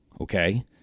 Okay